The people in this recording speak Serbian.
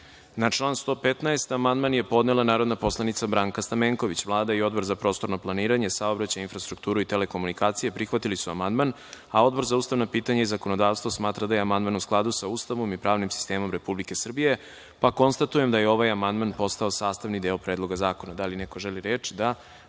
član 115. amandman je podnela narodna poslanica Branka Stamenković. Vlada i Odbor za prostorno planiranje, saobraćaj, infrastrukturu i telekomunikacije prihvatili su amandman. Odbor za ustavna pitanja i zakonodavstvo smatra da je amandman u skladu sa Ustavom i pravnim sistemom Republike Srbije. Konstatujem da je ovaj amandman postao sastavni deo Predloga zakona. Da li neko želi reč?